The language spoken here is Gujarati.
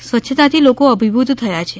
સ્વચ્છતાથી લોકો અભિભૂત થયા છે